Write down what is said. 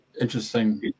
interesting